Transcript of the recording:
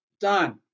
done